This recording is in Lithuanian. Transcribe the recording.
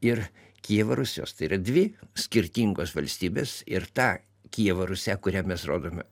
ir kijevo rusios tai yra dvi skirtingos valstybės ir tą kijevo rusią kurią mes rodome